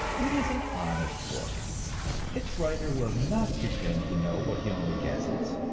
it is an honest book its writer will not pretend to know what he only guesses,